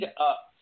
up